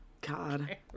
God